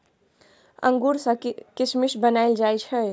अंगूर सँ किसमिस बनाएल जाइ छै